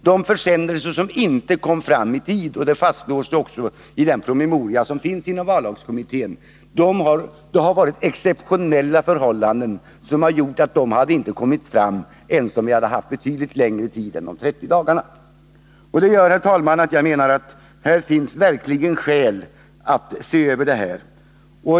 De försändelser som inte kom fram i tid hade försenats av exceptionella förhållanden, som hade gjort att de inte hade kommit fram ens om vi haft betydligt längre tid än de 30 dagarna — det fastslås också i den promemoria som finns inom vallagskommittén. Det gör, herr talman, att det verkligen finns skäl att se över detta.